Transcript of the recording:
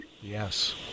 Yes